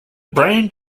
brand